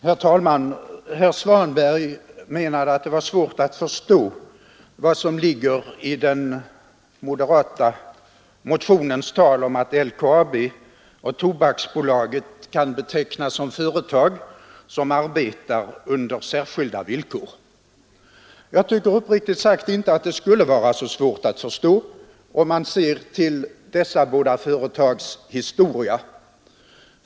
Herr talman! Herr Svanberg menade att det var svårt att förstå vad som ligger i den moderata motionens tal om att LKAB och Tobaksbolaget kan betecknas som företag som arbetar under särskilda villkor. Jag tycker uppriktigt sagt inte att det skulle vara så svårt att förstå om man ser på dessa båda företags historia.